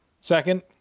Second